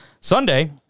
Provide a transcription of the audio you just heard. Sunday